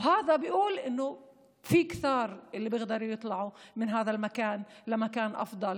ומשמעות הדבר היא שיש רבים שיכולים לצאת מהמקום הזה למקום טוב יותר,